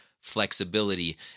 flexibility